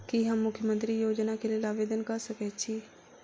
की हम मुख्यमंत्री योजना केँ लेल आवेदन कऽ सकैत छी?